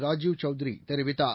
Rajiv சௌத்ரிதெரிவித்தார்